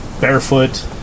barefoot